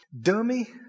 dummy